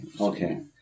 Okay